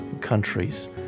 countries